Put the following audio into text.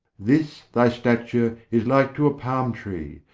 this thy stature is like to a palm tree,